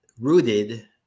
rooted